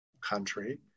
country